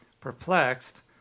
Perplexed